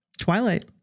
twilight